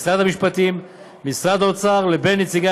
משרד המשפטים ומשרד האוצר לבין נציגי